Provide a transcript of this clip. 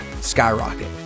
skyrocket